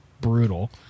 brutal